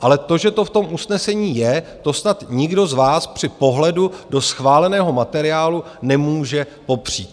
Ale to, že to v tom usnesení je, to snad nikdo z vás při pohledu do schváleného materiálu nemůže popřít.